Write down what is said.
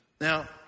Now